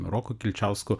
roku kilčiausku